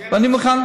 ואני מוכן,